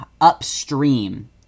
upstream